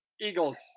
Eagles